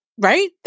Right